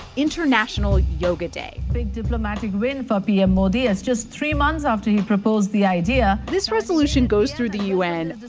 international yoga day big diplomatic win for pm modi, as just three months after he proposed the idea. this resolution goes through the u n.